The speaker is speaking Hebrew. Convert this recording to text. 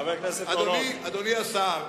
אדוני השר,